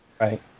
Right